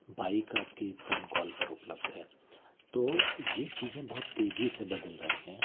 bike आप के एक फ़ोन कॉल पर उपलब्ध है तो ये चीज़ें बहुत तेज़ि से बदल रही हैं